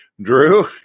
Drew